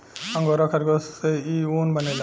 angora खरगोश से इ ऊन बनेला